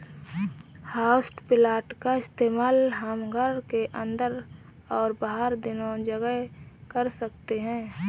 houseplant का इस्तेमाल हम घर के अंदर और बाहर दोनों जगह कर सकते हैं